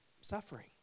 suffering